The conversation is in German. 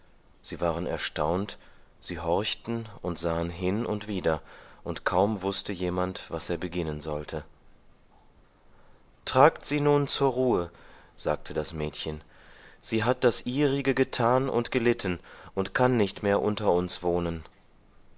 sie waren erstaunt sie horchten und sahen hin und wider und kaum wußte jemand was er beginnen sollte tragt sie nun zur ruhe sagte das mädchen sie hat das ihrige getan und gelitten und kann nicht mehr unter uns wohnen